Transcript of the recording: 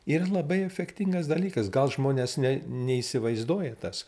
yra labai efektingas dalykas gal žmonės nė neįsivaizduoja tas